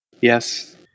Yes